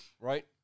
right